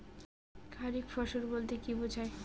খারিফ ফসল বলতে কী বোঝায়?